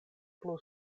plu